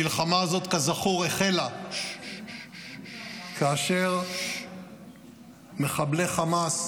המלחמה הזאת, כזכור, החלה כאשר מחבלי חמאס